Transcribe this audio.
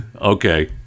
Okay